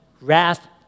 wrath